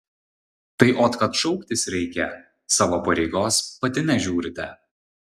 tai ot kad šauktis reikia savo pareigos pati nežiūrite